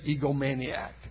egomaniac